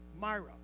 Myra